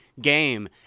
game